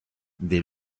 dès